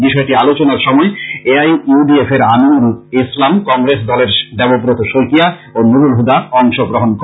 বিষয়টি আলোচনার সময় A I U D F এর আমিনুল ইসলাম কংগ্রেস দলের দেবব্রত শইকীয়া ও নুরুল হুদা অংশ গ্রহন করেন